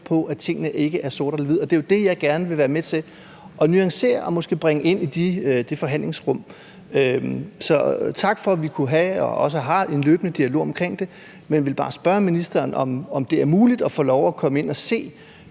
på, at tingene ikke er sort-hvide, og det er jo det, jeg gerne vil være med til at nuancere og måske bringe ind i det forhandlingsrum. Så tak for, at vi kunne have og også har en løbende dialog omkring det. Men jeg vil bare spørge ministeren, om det er muligt at få lov at komme ind og se